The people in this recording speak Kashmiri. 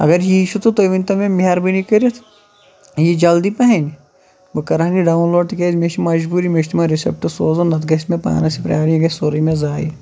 اگر یی چھُ تہٕ تُہۍ ؤنۍتو مےٚ مہربٲنی کٔرِتھ یہِ جلدی پَہٮ۪ن بہٕ کَرٕہَن یہِ ڈاوُن لوڈ تِکیٛازِ مےٚ چھِ مجبوٗری مےٚ چھِ تِمَن رِسٮ۪پٹہٕ سوزُن نَتہٕ گژھِ مےٚ پانَس تہِ پرٛابلِم یہِ گژھِ سورُے مےٚ ضایع